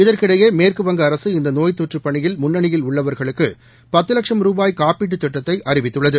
இதற்கிடையே மேற்கவங்க அரசு இந்த நோய் தொற்றுப் பணியில் முன்னணியில் உள்ளவர்களுக்கு பத்து லட்சம் ரூபாய் காப்பீட்டுத் திட்டத்தை அறிவித்துள்ளது